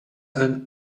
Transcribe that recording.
eun